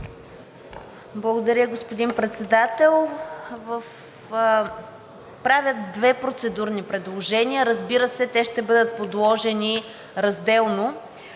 Благодаря, господин Председател. Правя две процедурни предложения. Разбира се, те ще бъдат подложени на